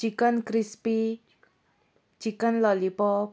chicken crispy chicken lollipop